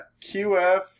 QF